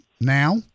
now